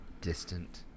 distant